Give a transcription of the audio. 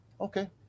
okay